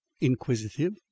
inquisitive